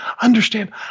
understand